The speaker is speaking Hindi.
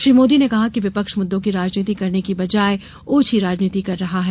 श्री मोदी ने कहा कि विपक्ष मुददों की राजनीति करने की बजाए ओछी राजनीति कर रहा है